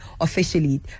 officially